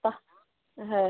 বাহ হ্যাঁ